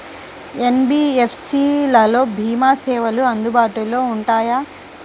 NBFC లలో భీమా సేవలు అందుబాటులో ఉంటాయా?